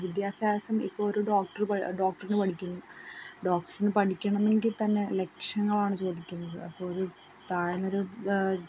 വിദ്യാഭ്യാസം ഇപ്പോൾ ഒരു ഡോക്ടർ ഡോക്ടറിന് പഠിക്കുന്നു ഡോക്റ്ററിന് പഠിക്കണമെങ്കിൽ തന്നെ ലക്ഷങ്ങളാണ് ചോദിക്കുന്നത് അപ്പോൾ ഒരു താഴ്ന്നൊരു